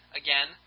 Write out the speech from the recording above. again